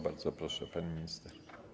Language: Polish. Bardzo proszę, pani minister.